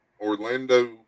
Orlando